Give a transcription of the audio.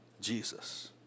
Jesus